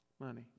Money